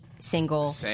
single